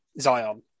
Zion